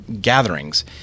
gatherings